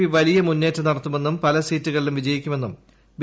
P വലിയ മുന്നേറ്റം നടത്തുമെന്നും പല സീറ്റുകളിലും വിജയിക്കുമെന്നും ബി